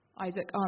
isaac